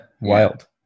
wild